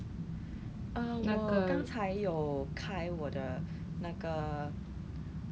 then 所以他就没有请 lah but then 他们最近有 push sales